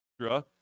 extra